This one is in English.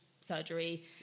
surgery